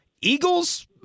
Eagles